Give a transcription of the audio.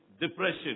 depression